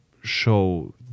show